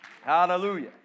Hallelujah